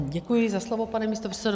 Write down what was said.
Děkuji za slovo, pane místopředsedo.